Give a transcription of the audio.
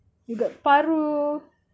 you got paru